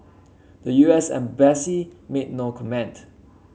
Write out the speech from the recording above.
the U S embassy made no comment